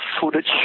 footage